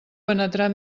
penetrar